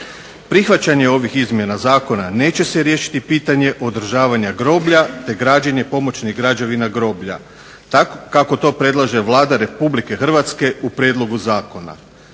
Prihvaćanje ovih izmjena zakona neće se riješiti pitanje održavanja groblja, te građenje pomoćnih građevina groblja kako to predlaže Vlada RH u prijedlogu zakona.